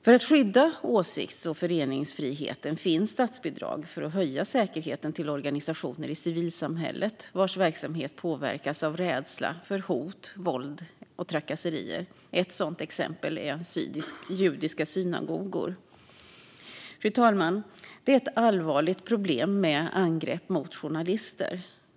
För att skydda åsikts och föreningsfriheten finns statsbidrag för att höja säkerheten till organisationer i civilsamhället vars verksamhet påverkas av rädsla för hot, våld och trakasserier. Ett sådant exempel är judiska synagogor. Fru talman! Angrepp mot journalister är ett allvarligt problem.